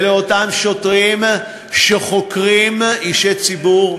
אלה אותם שוטרים שחוקרים אישי ציבור,